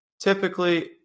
typically